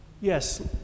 Yes